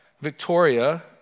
Victoria